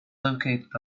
located